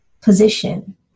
position